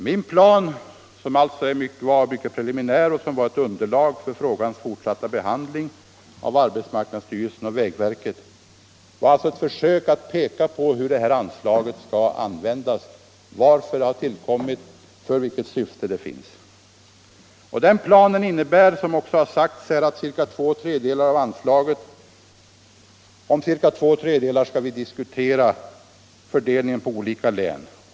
Min plan, som alltså var mycket preliminär och som var ett underlag för frågans fortsatta behandling av arbetsmarknadsstyrelsen och vägverket, var ett försök att peka på hur det här anslaget skall användas, varför det har tillkommit, för vilket syfte det finns. Den planen innebär, såsom också har sagts här, att vi beträffande ca två tredjedelar av anslaget skall diskutera fördelningen på olika län.